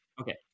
Okay